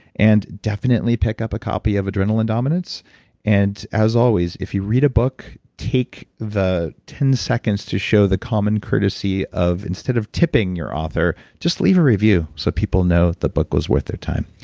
and definitely pick up a copy of adrenaline dominance and as always, if you read a book, take the ten seconds to show the common courtesy of instead of tipping your author, just leave a review so people know the book was worth their time.